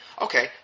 Okay